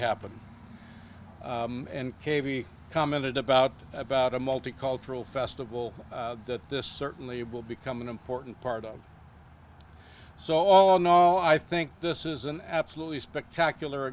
happen and k v commented about about a multicultural festival that this certainly will become an important part of so all know i think this is an absolutely spectacular